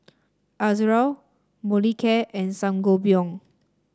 Ezerra Molicare and Sangobion